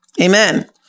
Amen